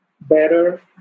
better